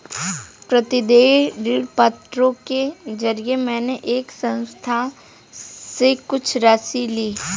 प्रतिदेय ऋणपत्रों के जरिये मैंने एक संस्था से कुछ राशि ली